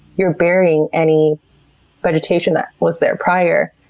you're burying any vegetation that was there prior,